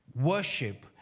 worship